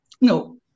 no